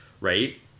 right